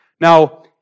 Now